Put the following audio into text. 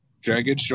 dragon